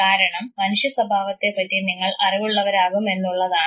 കാരണം മനുഷ്യ സ്വഭാവത്തെപ്പറ്റി നിങ്ങൾ അറിവുള്ള വരാകും എന്നുള്ളതാണ്